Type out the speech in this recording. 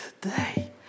today